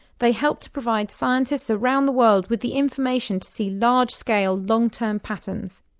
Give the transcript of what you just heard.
they help to provide scientists around the world with the information to see large scale, long term patterns.